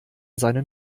seinen